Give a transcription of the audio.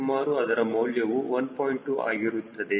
2 ಆಗಿರುತ್ತದೆ